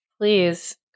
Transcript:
please